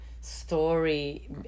story